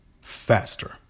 faster